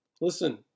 listen